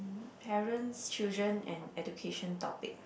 parents children and education topic